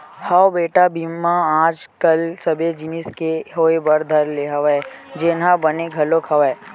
हव बेटा बीमा आज कल सबे जिनिस के होय बर धर ले हवय जेनहा बने घलोक हवय